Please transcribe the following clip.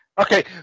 okay